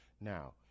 Now